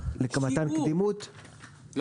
כן,